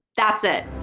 that's it.